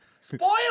Spoil